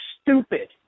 stupid